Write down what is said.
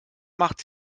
macht